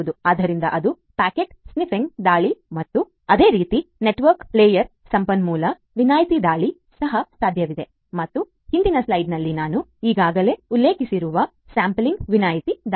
ಆದ್ದರಿಂದ ಅದು packet sniffing ದಾಳಿ ಮತ್ತು ಅದೇ ರೀತಿ ನೆಟ್ವರ್ಕ್ ಲೇಯರ್ನಲ್ಲಿ ಸಂಪನ್ಮೂಲ ವಿನಾಯಿತಿ ದಾಳಿ ಸಹ ಸಾಧ್ಯವಿದೆ ಮತ್ತು ಹಿಂದಿನ ಸ್ಲೈಡ್ನಲ್ಲಿ ನಾನು ಈಗಾಗಲೇ ಉಲ್ಲೇಖಿಸಿರುವ ಸಂಪನ್ಮೂಲ ವಿನಾಯಿತಿ ದಾಳಿ